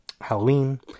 Halloween